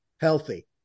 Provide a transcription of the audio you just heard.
healthy